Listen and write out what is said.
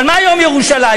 אבל מה יום ירושלים?